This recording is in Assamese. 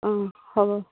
অঁ হ'ব